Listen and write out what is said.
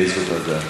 באיזו ועדה?